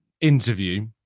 interview